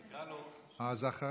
אז אחריו,